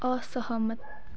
असहमत